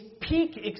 peak